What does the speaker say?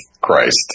Christ